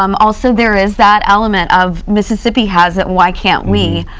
um also there is that element of mississippi has it, why can't we?